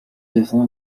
devant